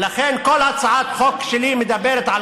ולכן כל הצעת החוק שלי מדברת על